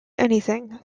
anything